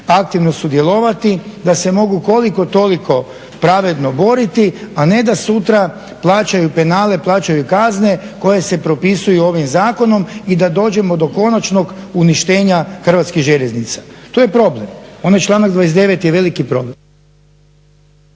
aktivno sudjelovati, da se mogu koliko toliko pravedno boriti, a ne da sutra plaćaju penale, plaćaju kazne koje se propisuju ovim zakonom i da dođemo do konačnog uništenja Hrvatskih željeznica. To je problem, onaj članak 29. je veliki problem.